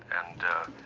and.